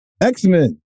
X-Men